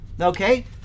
okay